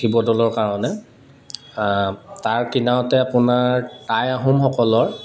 শিৱদৌলৰ কাৰণে তাৰ কিনাৰতে আপোনাৰ টাই আহোমসকলৰ